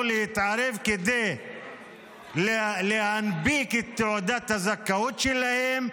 להתערב כדי להנפיק את תעודת הזכאות שלהם,